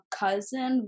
cousin